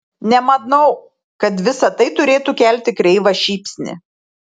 nemanau kad visa tai turėtų kelti kreivą šypsnį